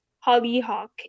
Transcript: Hollyhock